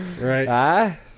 Right